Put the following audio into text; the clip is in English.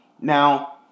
Now